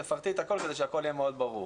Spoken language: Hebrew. תפרטי את הכול כדי שהכול יהיה מאוד ברור.